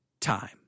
time